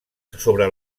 sobre